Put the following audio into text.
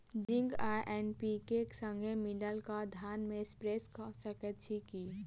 Zinc आ NPK, संगे मिलल कऽ धान मे स्प्रे कऽ सकैत छी की?